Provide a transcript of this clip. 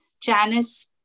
Janice